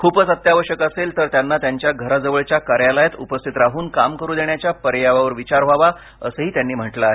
खूपच अत्यावश्यक असेल तर त्यांना त्यांच्या घराजवळच्या कार्यालयात उपस्थित राहून काम करू देण्याच्या पर्यायावर विचार व्हावा असंही त्यांनी म्हटलं आहे